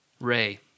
Ray